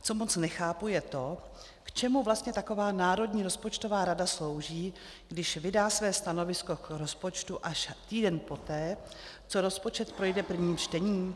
Co moc nechápu, je to, k čemu vlastně taková Národní rozpočtová rada slouží, když vydá své stanovisko k rozpočtu až týden poté, co rozpočet projde prvním čtením.